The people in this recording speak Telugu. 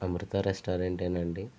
అమెరికా రెస్టారెంట్ ఏనండి